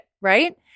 right